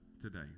today